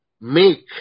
make